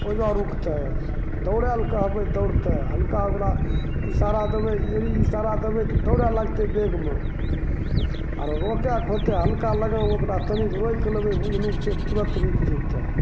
ओहिजा रुकतै दौड़ेले कहबै दौड़तै हल्का ओकरा इशारा देबै एड़ी इशारा देबै तऽ दौड़े लगतै वेगमे आओर रोकैके होतै हल्का लगाम ओकरा तनिगो रोकि लेबै बुझनुक छै तुरन्त रुकि जएतै